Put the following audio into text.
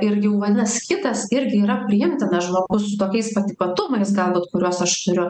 ir jau vadinasi kitas irgi yra priimtinas žmogus su tokiais pat ypatumais galbūt kuriuos aš turiu